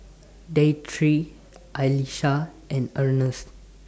Deidre Allyssa and Earnest